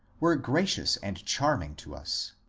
were gracious and charming to us.